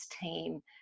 team